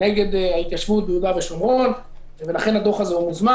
נגד ההתיישבות ביהודה ושומרון ולכן הדוח הזה הוזמן.